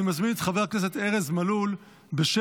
אני מזמין את חבר הכנסת ארז מלול להציג את הצעת